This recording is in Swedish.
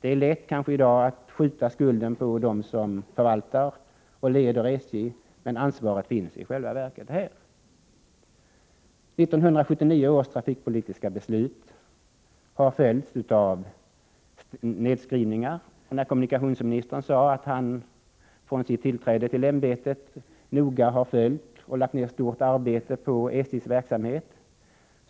Det är kanske i dag lätt att skjuta skulden på dem som förvaltar och leder SJ, men ansvaret finns i själva verket här. 1979 års trafikpolitiska beslut har följts av nedskrivningar. När kommunikationsministern säger att han från sitt tillträde noga har följt och lagt ned stort arbete på SJ:s verksamhet,